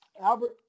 Albert